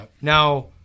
Now